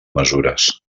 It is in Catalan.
mesures